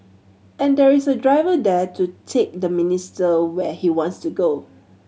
and there is a driver there to take the minister where he wants to go